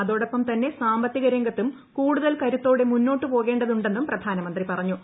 അതോടൊപ്പം തന്നെ സാമ്പത്തിക രംഗത്തും കൂടുതൽ കരുത്തോടെ മുന്നോട്ടു പോകേണ്ടതുണ്ടെന്നും പ്രധാനമന്ത്രി പറഞ്ഞു